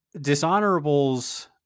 Dishonorable's